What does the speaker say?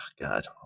God